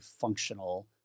functional